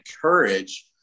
courage